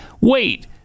Wait